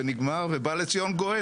ובא לציון גואל.